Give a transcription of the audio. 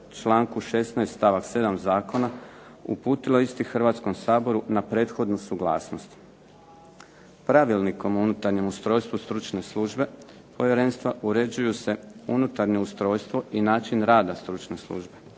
članku 16. stavak 7. zakona uputilo isti Hrvatskom saboru na prethodnu suglasnost. Pravilnikom o unutarnjem ustrojstvu stručne službe povjerenstva uređuju se unutarnje ustrojstvo i način rada stručne službe,